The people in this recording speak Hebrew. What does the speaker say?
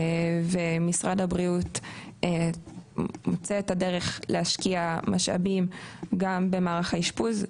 ומשרד הבריאות מוצא את הדרך להשקיע משאבים גם במערך האשפוז,